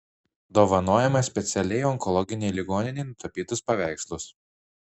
dovanojame specialiai onkologinei ligoninei nutapytus paveikslus